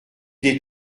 des